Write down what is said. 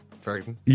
Ferguson